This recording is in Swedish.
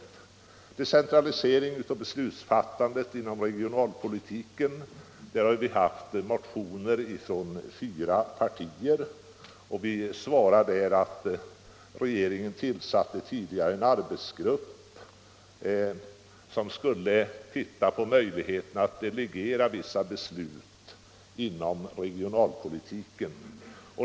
Vad beträffar decentralisering av beslutsfattandet inom regionalpolitiken har vi fått motioner från fyra partier. Utskottet svarar att regeringen tidigare tillsatt en arbetsgrupp som skulle undersöka möjligheterna att delegera vissa beslut inom regionalpolitiken.